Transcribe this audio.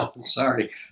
Sorry